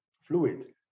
fluid